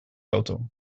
auto